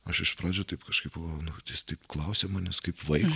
aš iš pradžių taip kažkaip pagalvojau nu jistaip klausia manęs kaip vaiko